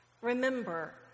Remember